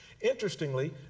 Interestingly